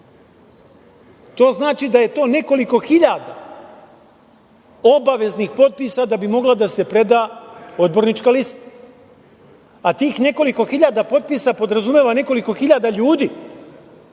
to znači da je to nekoliko hiljada obaveznih potpisa da bi mogla da se preda odbornička lista, a tih nekoliko hiljada potpisa podrazumeva nekoliko hiljada ljudi